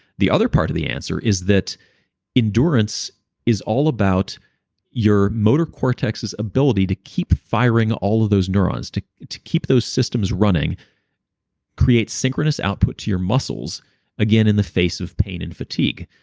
the other part of the answer is that endurance is all about your motor cortex's ability to keep firing all of those neurons, to to keep those systems running creates synchronous output to your muscles again, in the face of pain and fatigue.